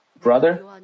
brother